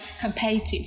competitive